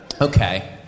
Okay